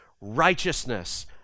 righteousness